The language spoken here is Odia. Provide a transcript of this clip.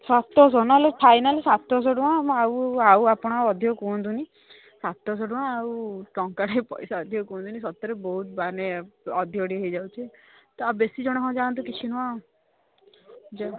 ସାତଶହ ନହେଲେ ଫାଇନାଲ ସାତଶହ ଟଙ୍କା ମୁଁ ଆଉ ଆଉ ଆପଣ ଅଧିକ କୁହନ୍ତୁ ନି ସାତଶହ ଟଙ୍କା ଆଉ ଟଙ୍କାଟେ ପଇସା ଅଧିକ କୁହନ୍ତୁ ନି ସତରେ ବହୁତ ମାନେ ଅଧିକ ଟିକଏ ହେଇ ଯାଉଛି ତ ବେଶୀ ଜଣ ହଁ ଯାଆନ୍ତୁ କିଛି ନୁହେଁ